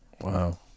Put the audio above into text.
wow